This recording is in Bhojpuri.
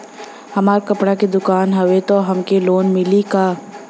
हमार कपड़ा क दुकान हउवे त हमके लोन मिली का?